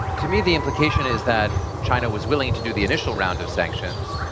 to me, the implication is that china was willing to do the initial round of sanctions,